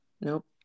Nope